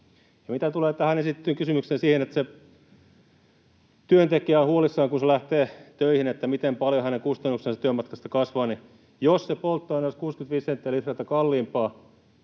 mitä tulee tähän esitettyyn kysymykseen siitä, että se työntekijä on huolissaan, kun se lähtee töihin, että miten paljon hänen kustannuksensa työmatkasta kasvavat, niin jos se polttoaine olisi 65 senttiä litralta kalliimpaa,